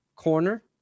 corner